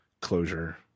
closure